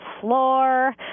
floor